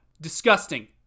Disgusting